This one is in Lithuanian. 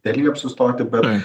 telija sustot dabar